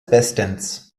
bestens